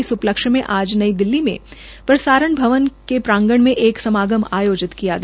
इस उपलक्ष्य में आज नई दिल्ली में प्रसारण भवन के प्रांगण में एक समागम आयोजित किया गया